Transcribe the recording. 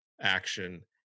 action